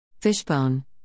Fishbone